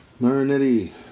Marinetti